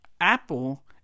Apple